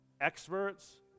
experts